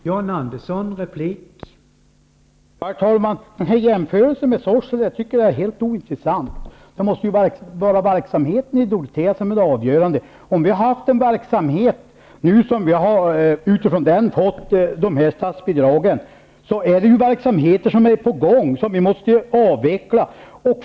Herr talman! Jämförelsen med Sorsele är helt ointressant. Det måste ju vara verksamheten i Dorotea som är det avgörande. Vi har fått statsbidrag utifrån de verksamheter som är i gång, och de måste nu avvecklas.